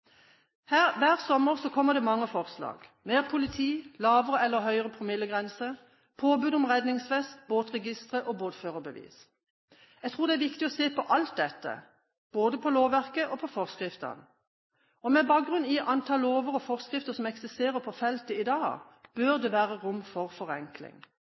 Hver sommer kommer det mange forslag: mer politi, lavere eller høyere promillegrense, påbud om redningsvest, båtregistre og båtførerbevis. Jeg tror det er viktig å se på alt dette, både på lovverket og på forskriftene. Med bakgrunn i antall lover og forskrifter som eksisterer på feltet i dag, bør det være rom for forenkling.